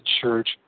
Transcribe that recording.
Church